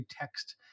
text